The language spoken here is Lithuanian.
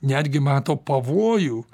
netgi mato pavojų